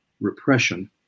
repression